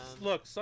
Look